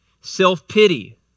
Self-pity